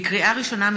לקריאה ראשונה,